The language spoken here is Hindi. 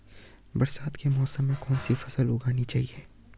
बरसात के मौसम में कौन सी फसल उगानी चाहिए?